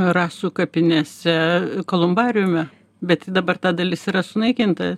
rasų kapinėse kolumbariume bet dabar ta dalis yra sunaikinta